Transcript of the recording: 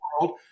world